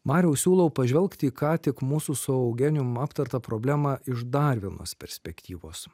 mariau siūlau pažvelgt į ką tik mūsų su eugenijum aptartą problemą iš dar vienos perspektyvos